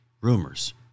Rumors